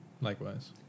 likewise